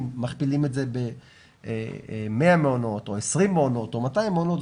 אם מכפילים את זה ב-100 מעונות או 20 מעונות או 200 מעונות,